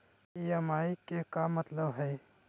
EMI के का मतलब हई?